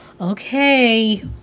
okay